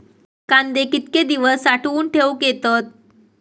कांदे कितके दिवस साठऊन ठेवक येतत?